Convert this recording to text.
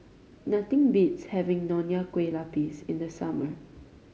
nothing beats having Nonya Kueh Lapis in the summer